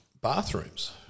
bathrooms